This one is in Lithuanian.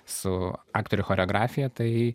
su aktorių choreografija tai